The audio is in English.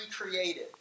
recreated